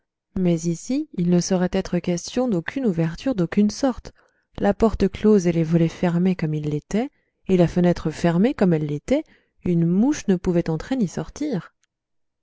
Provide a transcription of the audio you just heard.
mais ici il ne saurait être question d'aucune ouverture d'aucune sorte la porte close et les volets fermés comme ils l'étaient et la fenêtre fermée comme elle l'était une mouche ne pouvait entrer ni sortir